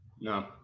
No